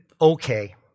okay